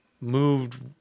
moved